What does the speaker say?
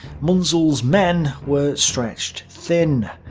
munzel's men were stretched thin.